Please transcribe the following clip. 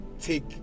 take